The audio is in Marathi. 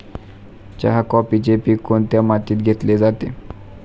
चहा, कॉफीचे पीक कोणत्या मातीत घेतले जाते?